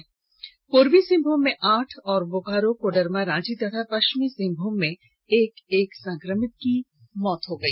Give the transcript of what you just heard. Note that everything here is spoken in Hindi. वही पूर्वी सिंहभूम में आठ और बोकारो कोडरमा राची तथा पश्चिमी सिंहभूम में एक एक संक्रमित की मौत हो गई